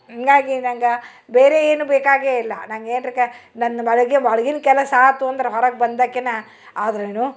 ಹಿಂಗಾಗಿ ನಂಗೆ ಬೇರೆ ಏನು ಬೇಕಾಗೇ ಇಲ್ಲ ನಂಗೇನ್ರೆಕ ನನ್ನ ಅಡ್ಗಿನ ಕೆಲಸ ಆತು ಅಂದ್ರ ಹೊರಗೆ ಬಂದಾಕೆನ ಆದರೆನು